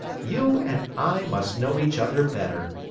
you and i must know each other better.